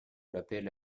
l’apl